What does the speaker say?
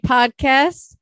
Podcast